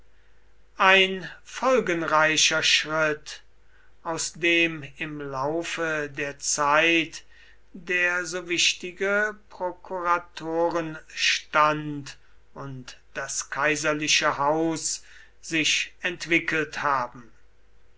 ein folgenreicher schritt aus dem im laufe der zeit der so wichtige prokuratorenstand und das kaiserliche haus sich entwickelt haben